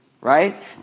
right